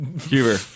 Huber